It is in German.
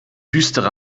düstere